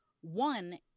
One